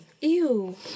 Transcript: Ew